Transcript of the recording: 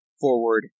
Forward